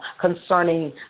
concerning